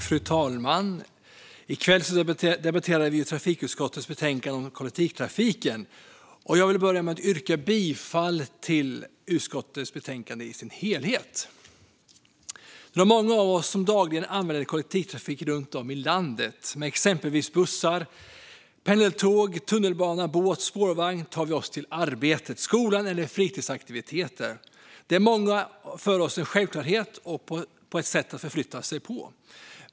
Fru talman! I kväll debatterar vi trafikutskottets betänkande om kollektivtrafiken. Och jag vill börja med att yrka bifall till utskottets förslag i dess helhet. Det är nog många av oss som dagligen använder kollektivtrafiken runt om i landet. Med exempelvis bussar, pendeltåg, tunnelbana, båt och spårvagn tar vi oss till arbetet, skolan eller fritidsaktiviteter. Det är för många av oss en självklarhet att förflytta oss på detta sätt.